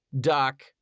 Doc